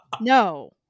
No